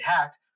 hacked